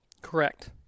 Correct